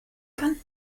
kann